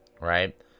right